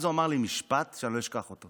אז הוא אמר לי משפט שאני לא אשכח אותו: